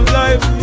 life